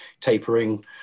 tapering